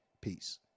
peace